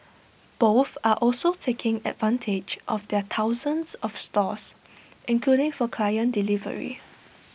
both are also taking advantage of their thousands of stores including for client delivery